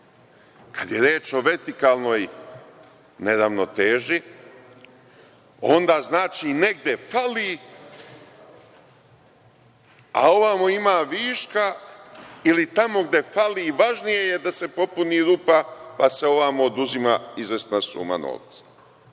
Kada je reč o vertikalnoj neravnoteži, onda znači negde fali, a ovamo ima viška ili tamo gde fali važnije je da se popuni rupa, pa se ovamo oduzima izvesna suma novca,